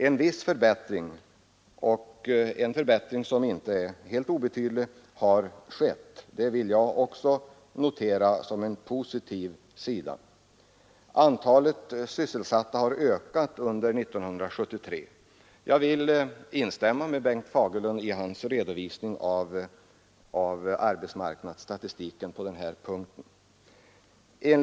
En viss och inte helt obetydlig förbättring har dock skett, det vill jag också notera som en positiv sida. Antalet sysselsatta har ökat under 1973. Jag vill instämma i Bengt Fagerlunds redovisning för arbetsmarknadsstatistiken på den punkten.